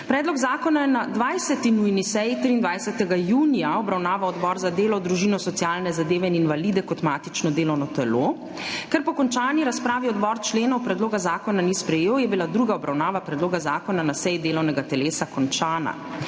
Predlog zakona je na 20. nujni seji 23. junija obravnaval Odbor za delo, družino, socialne zadeve in invalide kot matično delovno telo. Ker po končani razpravi odbor členov predloga zakona ni sprejel, je bila druga obravnava predloga zakona na seji delovnega telesa končana.